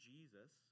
Jesus